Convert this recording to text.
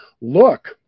look